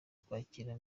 kwakira